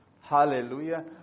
Hallelujah